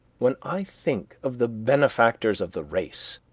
when i think of the benefactors of the race,